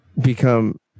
become